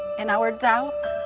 an our doubt,